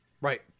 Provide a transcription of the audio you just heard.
Right